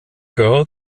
girl